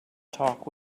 talk